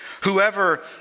Whoever